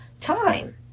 time